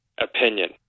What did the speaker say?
opinion